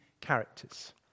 characters